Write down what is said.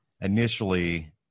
Initially